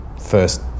first